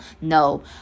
No